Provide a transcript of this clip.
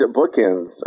bookends